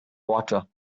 water